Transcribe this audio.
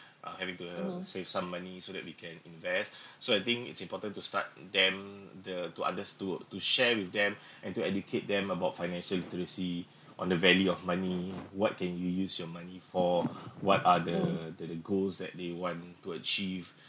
uh having to uh save some money so that we can invest so I think it's important to start them the to underst~ to to share with them and to educate them about financial literacy on the value of money what can you use your money for what are the the the goals that they want to achieve